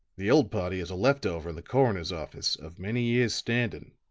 the old party is a left-over in the coroner's office, of many years' standing,